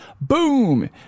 boom